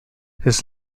his